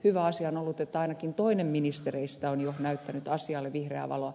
hyvä asia on ollut että ainakin toinen ministereistä on jo näyttänyt asialle vihreää valoa